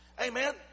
Amen